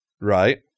Right